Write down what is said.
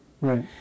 Right